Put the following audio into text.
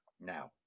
now